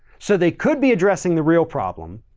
so they could be addressing the real problem,